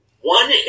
one